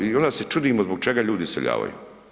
I onda se čudimo zbog čega ljudi iseljavaju.